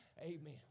Amen